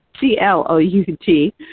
C-L-O-U-T